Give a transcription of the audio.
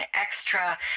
extra